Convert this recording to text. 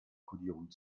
kodierung